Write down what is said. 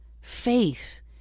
Faith